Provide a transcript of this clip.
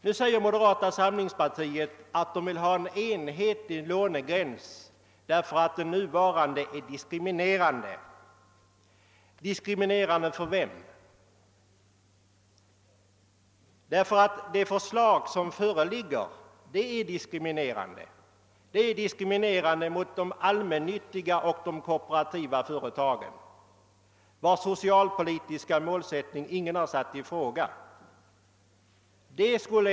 Nu säger moderata samlingspartiet att det vill ha en enhetlig lånegräns därför att den nuvarande skulle vara diskriminerande. Men för vem är den diskriminerande? Det föreliggande förslaget är däremot diskriminerande för de allmännyttiga och kooperativa företagen, vilkas socialpolitiska målsättning ingen har ifrågasatt.